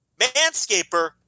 Manscaper